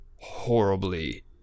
horribly